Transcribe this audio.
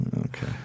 Okay